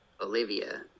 Olivia